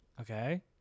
Okay